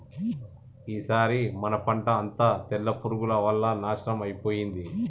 ఈసారి మన పంట అంతా తెల్ల పురుగుల వల్ల నాశనం అయిపోయింది